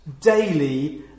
daily